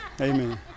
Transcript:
Amen